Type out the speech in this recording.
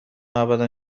ابدا